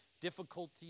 difficulty